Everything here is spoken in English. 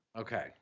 Okay